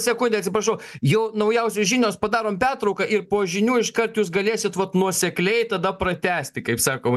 sekundę atsiprašau jau naujausios žinios padarom pertrauką ir po žinių iškart jūs galėsit vat nuosekliai tada pratęsti kaip sakoma